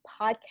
Podcast